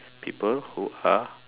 people who are